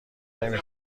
نمی